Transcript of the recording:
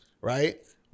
right